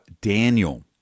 Daniel